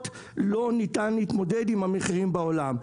לא ניתן להתמודד עם המחירים בעולם.